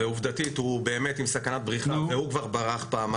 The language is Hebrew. ועובדתית הוא באמת עם סכנת בריחה והוא כבר ברח פעם אחת.